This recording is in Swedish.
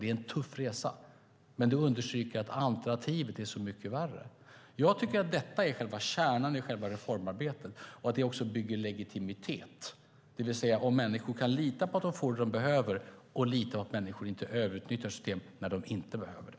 Det är en tuff resa, men det understryker att alternativet är så mycket värre. Jag tycker att det är själva kärnan i reformarbetet. Det ökar också legitimiteten, det vill säga att människor kan lita på att de får det som de behöver och kan lita på att människor inte övernyttjar systemet när de inte behöver det.